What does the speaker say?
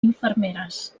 infermeres